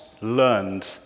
learned